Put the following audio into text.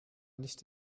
nicht